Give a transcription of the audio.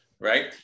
Right